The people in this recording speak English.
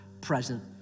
present